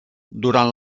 durant